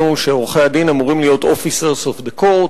שעורכי-הדין אמורים להיות officers of the court.